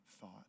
thought